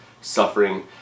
suffering